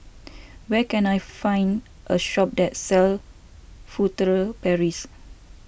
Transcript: where can I find a shop that sells Furtere Paris